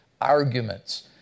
arguments